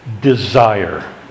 desire